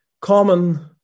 common